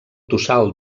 tossal